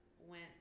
went